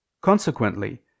Consequently